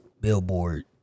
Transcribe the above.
billboard